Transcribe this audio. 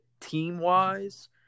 team-wise